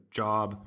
job